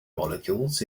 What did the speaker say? molecules